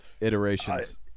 iterations